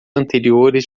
anteriores